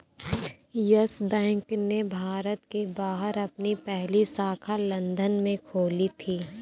yes Bank ने भारत के बाहर अपनी पहली शाखा लंदन में खोली थी